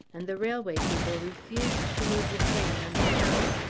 and the railway people refused to move the train under cover,